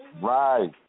Right